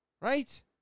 Right